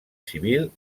civil